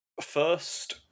First